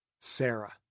Sarah